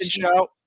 show